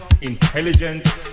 intelligent